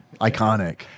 iconic